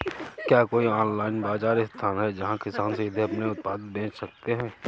क्या कोई ऑनलाइन बाज़ार स्थान है जहाँ किसान सीधे अपने उत्पाद बेच सकते हैं?